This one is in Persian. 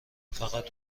فقط